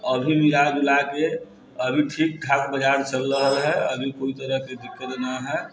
अभी मिलाजुलाके अभी ठीक ठाक बाजार चल रहल हइ अभी कोइ तरहके दिक्कत नहि हइ